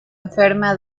enferma